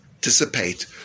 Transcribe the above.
dissipate